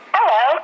Hello